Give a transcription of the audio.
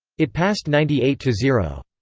it passed ninety eight zero.